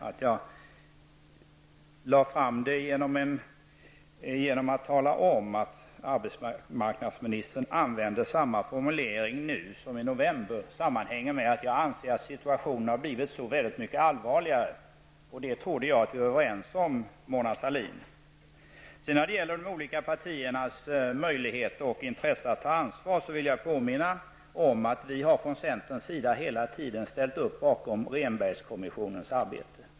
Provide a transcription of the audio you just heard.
Att jag talade om att arbetsmarknadsministern använde samma formulering nu som i november hänger samman med att jag anser att situationen nu har blivit så väldigt mycket allvarligare. Det trodde jag att vi var överens om, Mona Sahlin. När det sedan gäller de olika partiernas möjligheter och intresse att ta ansvar vill jag påminna om att vi från centerns sida hela tiden ställt oss bakom Rehnbergkommissionens arbete.